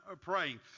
praying